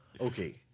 Okay